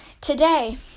today